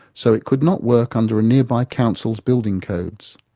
so it could not work under a nearby council's building codes.